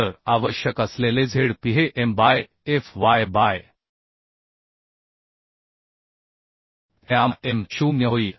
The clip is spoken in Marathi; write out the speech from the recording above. तर आवश्यक असलेले Zp हे m by fy by gamma m 0 होईल